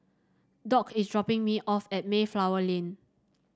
Dock is dropping me off at Mayflower Lane